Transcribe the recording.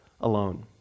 alone